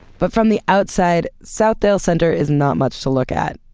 but from the outside, southdale center is not much to look at.